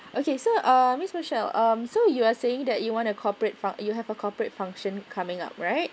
okay so uh miss michelle um so you are saying that you want a corporate func~ you have a corporate function coming up right